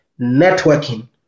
Networking